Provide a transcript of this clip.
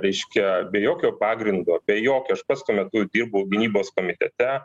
reiškia be jokio pagrindo be jokio aš pats tuo mentu dirbau gynybos komitete